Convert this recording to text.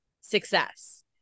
success